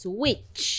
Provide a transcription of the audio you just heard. Switch